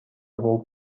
болуп